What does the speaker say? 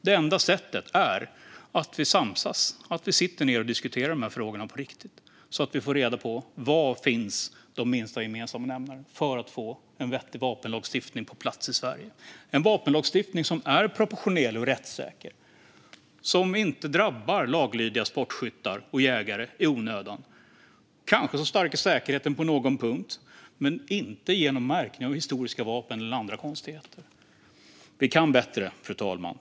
Det enda sättet är att samsas och sitta ned och diskutera dessa frågor på riktigt så att vi hittar de minsta gemensamma nämnarna för att få en vettig vapenlagstiftning på plats i Sverige - en vapenlagstiftning som är proportionerlig och rättssäker och inte drabbar laglydiga sportskyttar och jägare i onödan och som kanske stärker säkerheten på någon punkt, men inte genom märkning av historiska vapen eller andra konstigheter. Vi kan bättre, fru talman.